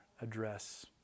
address